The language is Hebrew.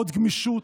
עוד גמישות,